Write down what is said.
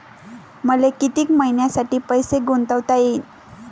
मले कितीक मईन्यासाठी पैसे गुंतवता येईन?